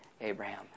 Abraham